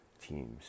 teams